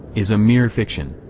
is a mere fiction.